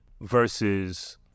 versus